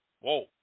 Whoa